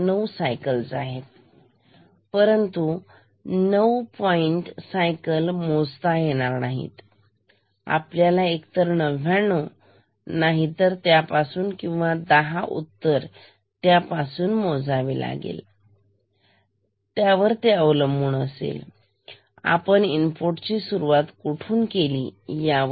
9 cycle आहेत परंतु नऊ पॉईंट सायकल मोजता येणार नाही आपल्याला एक तर 99 तर त्यापासून किंवा दहा उत्तर त्यापासून मोजावे लागतील त्या अवलंबून असतील आपण इनपुट ची सुरुवात कुठून केली त्यावर